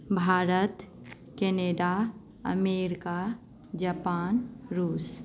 Bharat Canada America Japan रूस